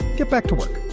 get back to work